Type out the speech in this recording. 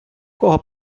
кого